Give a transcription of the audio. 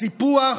הסיפוח